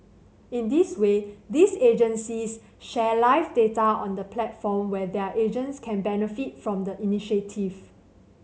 in this way these agencies share live data on the platform while their agents can benefit from the initiative